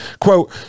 Quote